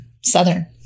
Southern